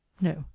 No